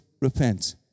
Repent